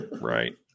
Right